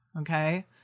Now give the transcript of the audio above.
okay